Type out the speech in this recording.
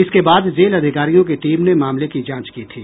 इसके बाद जेल अधिकारियों की टीम ने मामले की जांच की थी